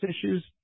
issues